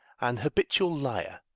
an habitual liar,